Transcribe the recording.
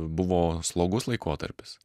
buvo slogus laikotarpis